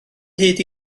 hyd